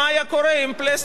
והיו מגיעים להסכמה?